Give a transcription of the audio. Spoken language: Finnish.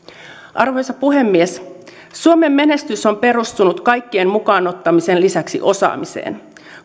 arvoisa puhemies suomen menestys on perustunut kaikkien mukaanottamisen lisäksi osaamiseen